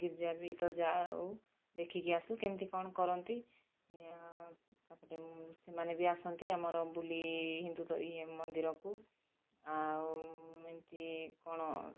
ଗୀର୍ଜା ବି ତ ଯାଉ ଦେଖିକି ଆସୁ କେମିତି କ'ଣ କରନ୍ତି ତା'ପରେ ସେମାନେ ବି ଆସନ୍ତି ଆମର ବୋଲି ହିନ୍ଦୁ ତ ଇଏ ମନ୍ଦିରକୁ ଆଉ ଏମିତି କ'ଣ